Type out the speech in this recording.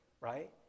right